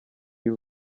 you